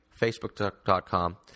Facebook.com